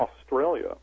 Australia